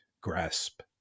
grasp